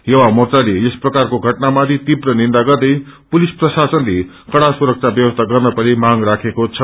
युवा मोर्चाले यस प्रकारको घटना माथि तीव्र निन्दा गर्दै पुलिस प्रशासनले कड़ा सुरक्षा व्यवस्था गर्न पेर्न मांग राखेको छ